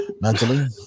mentally